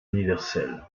universelle